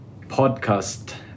podcast